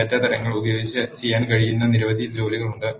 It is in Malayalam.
ഡാറ്റ തരങ്ങൾ ഉപയോഗിച്ച് ചെയ്യാൻ കഴിയുന്ന നിരവധി ജോലികൾ ഉണ്ട്